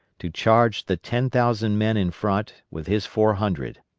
to charge the ten thousand men in front with his four hundred.